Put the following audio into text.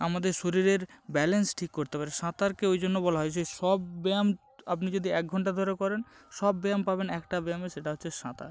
আমাদের শরীরের ব্যালেন্স ঠিক করতে পারে সাঁতারকে ওই জন্য বলা হয় যে সব ব্যায়াম আপনি যদি এক ঘন্টা ধরে করেন সব ব্যায়াম পাবেন একটা ব্যায়াম সেটা হচ্ছে সাঁতার